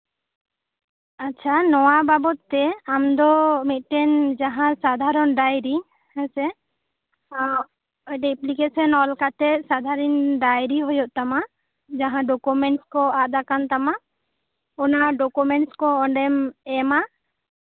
ᱟᱪᱪᱷᱟ ᱱᱚᱣᱟ ᱵᱟᱵᱚᱫᱛᱮ ᱟᱢ ᱫᱚ ᱢᱤᱫᱴᱮᱱ ᱡᱟᱦᱟᱸ ᱥᱟᱫᱷᱟᱨᱚᱱ ᱰᱟᱭᱨᱤ ᱦᱮᱸᱥᱮ ᱢᱤᱫᱴᱮᱱ ᱮᱯᱞᱤᱠᱮᱥᱚᱱ ᱚᱞ ᱠᱟᱛᱮᱜ ᱥᱟᱫᱷᱟᱨᱚᱱ ᱰᱟᱭᱨᱤ ᱦᱩᱭᱩᱜ ᱛᱟᱢᱟ ᱡᱟᱦᱟᱸ ᱰᱚᱠᱩᱢᱮᱱᱴᱥ ᱠᱚ ᱟᱫ ᱠᱟᱱ ᱛᱟᱢᱟ ᱚᱱᱟ ᱰᱚᱠᱩᱢᱮᱱᱴᱥ ᱠᱚ ᱚᱱᱰᱮᱢ ᱮᱢᱟ